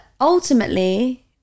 ultimately